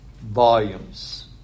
volumes